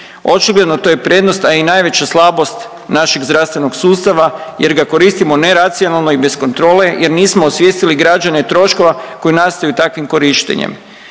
Očigledno to je prednost, a i najveća slabost našeg zdravstvenog sustava jer ga koristimo neracionalno i bez kontrole jer nismo osvijestili građane troškova koji nastaju takvim korištenjem.